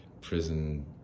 prison